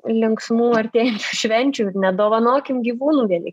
linksmų artėjančių švenčių ir nedovanokim gyvūnų vieni